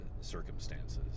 circumstances